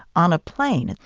on a plane.